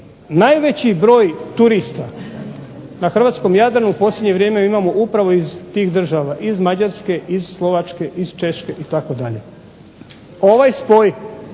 najveći broj turista na hrvatskom Jadranu u posljednje vrijeme imamo upravo iz tih država. Iz Mađarske, iz Slovačke, iz Češke itd. Ovaj spoj